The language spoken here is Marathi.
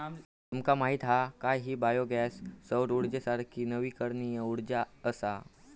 तुमका माहीत हा काय की बायो गॅस सौर उर्जेसारखी नवीकरणीय उर्जा असा?